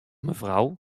mefrou